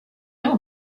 know